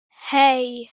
hey